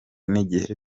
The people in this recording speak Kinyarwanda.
n’igihe